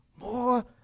More